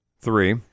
Three